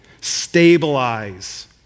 Stabilize